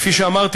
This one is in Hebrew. כפי שאמרתי,